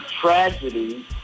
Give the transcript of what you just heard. tragedy